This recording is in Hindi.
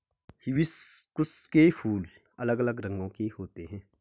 हिबिस्कुस के फूल अलग अलग रंगो के होते है